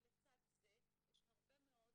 ולצד זה יש הרבה מאוד